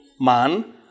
Man